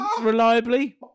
reliably